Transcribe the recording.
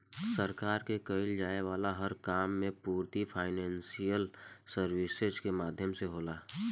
सरकार के कईल जाये वाला हर काम के पूर्ति फाइनेंशियल सर्विसेज के माध्यम से होला